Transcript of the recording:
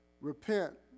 Repent